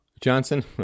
Johnson